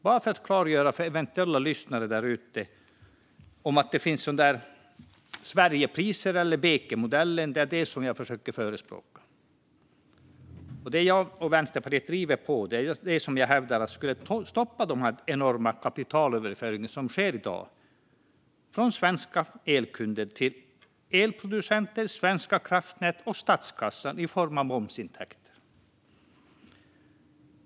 Jag ska klargöra för eventuella lyssnare där ute att det som jag och Vänsterpartiet försöker förespråka är Sverigepriser eller Bekenmodellen. Det som jag och Vänsterpartiet driver på för hävdar jag skulle stoppa den enorma kapitalöverföring som sker i dag från svenska elkunder till elproducenter, Svenska kraftnät och statskassan i form av momsintäkter.